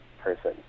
person